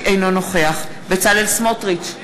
אינו נוכח בצלאל סמוטריץ,